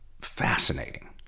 fascinating